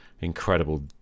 incredible